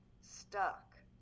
stuck